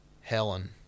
Helen